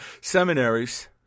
seminaries